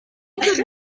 could